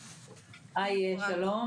שלום,